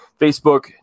Facebook